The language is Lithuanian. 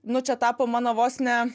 nu čia tapo mano vos ne